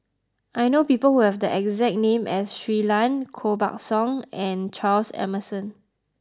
I know people who have the exact name as Shui Lan Koh Buck Song and Charles Emmerson